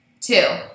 Two